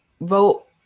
vote